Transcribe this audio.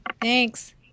Thanks